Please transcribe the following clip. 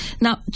Now